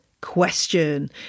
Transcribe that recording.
question